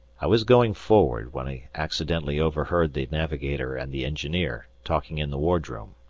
i was going forward, when i accidentally overheard the navigator and the engineer talking in the wardroom.